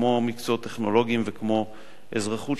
כמו מקצועות טכנולוגיים וכמו אזרחות,